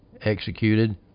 executed